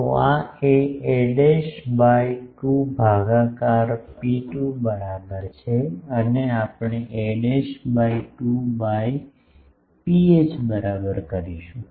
તો આ a by 2 ભાગાકાર ρ2 બરાબર છે અને આપણે a બાય 2 બાય ρh બરાબર કરીશું